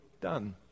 done